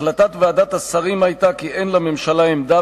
החלטת ועדת השרים היתה כי אין לממשלה עמדה